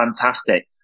fantastic